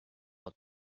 both